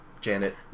Janet